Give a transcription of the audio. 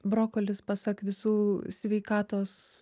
brokolis pasak visų sveikatos